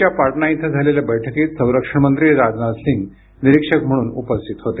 च्या पाटणा इथं झालेल्या बैठकीत संरक्षण मंत्री राजनाथ सिंग निरीक्षक म्हणून उपस्थित होते